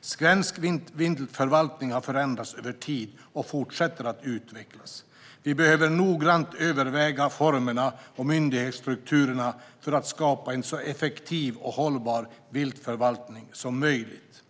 Svensk viltförvaltning har förändrats över tid och fortsätter att utvecklas. Vi behöver noggrant överväga formerna och myndighetsstrukturen för att skapa en så effektiv och hållbar viltförvaltning som möjligt.